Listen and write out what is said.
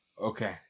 Okay